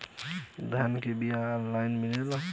धान के बिया ऑनलाइन मिलेला?